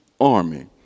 Army